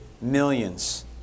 millions